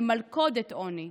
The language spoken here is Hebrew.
למלכודת עוני.